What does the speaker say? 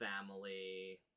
family